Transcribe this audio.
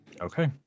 Okay